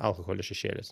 alkoholio šešėlis